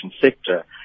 sector